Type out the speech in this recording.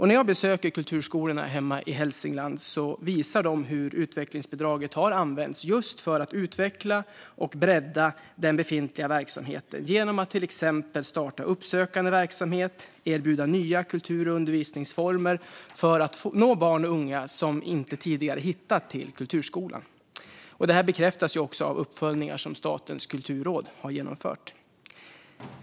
När jag besöker kulturskolorna hemma i Hälsingland visar de hur utvecklingsbidraget har använts just för att utveckla och bredda den befintliga verksamheten, till exempel genom att starta uppsökande verksamhet och erbjuda nya kultur och undervisningsformer för att nå barn och unga som inte tidigare hittat till kulturskolan. Detta bekräftas också av uppföljningar som Statens kulturråd har genomfört.